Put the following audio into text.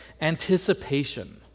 anticipation